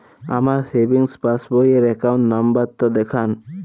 আমার সেভিংস পাসবই র অ্যাকাউন্ট নাম্বার টা দেখান?